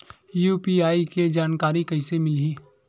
UPI के जानकारी कइसे मिलही?